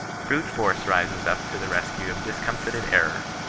brute force rises up to the rescue of discomfited error,